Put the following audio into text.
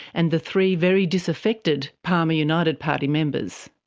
and the three very disaffected palmer united party members.